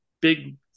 big